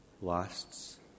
lasts